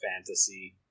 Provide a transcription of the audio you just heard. fantasy